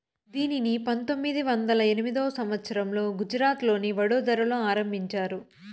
దీనిని పంతొమ్మిది వందల ఎనిమిదో సంవచ్చరంలో గుజరాత్లోని వడోదరలో ఆరంభించారు